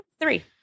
three